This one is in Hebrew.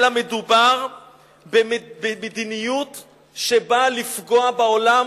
אלא מדובר במדיניות שבאה לפגוע בעולם,